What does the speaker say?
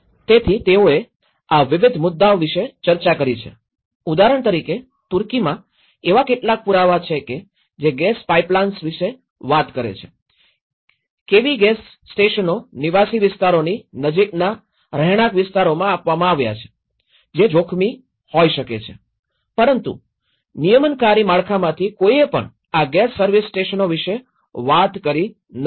તેથી તેઓએ આ વિવિધ મુદ્દાઓ વિશે ચર્ચા કરી છે ઉદાહરણ તરીકે તુર્કીમાં એવા કેટલાક પુરાવા છે કે જે ગેસ પાઇપલાઇન્સ વિષે વાત કરે છે કેવી ગેસ સ્ટેશનો નિવાસી વિસ્તારોની નજીકના રહેણાંક વિસ્તારોમાં આપવામાં આવ્યા છે જે જોખમી હોઈ શકે છે પરંતુ નિયમનકારી માળખામાંથી કોઈએ પણ આ ગેસ સર્વિસ સ્ટેશનો વિશે વાત કરી નથી